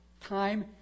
time